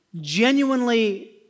genuinely